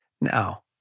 Now